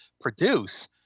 produce